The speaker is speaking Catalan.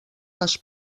les